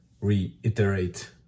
reiterate